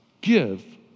Give